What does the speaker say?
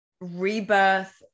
rebirth